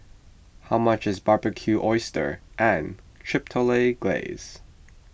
how much is Barbecued Oysters and Chipotle Glaze